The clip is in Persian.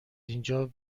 اینجا